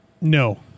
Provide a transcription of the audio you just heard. No